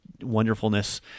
wonderfulness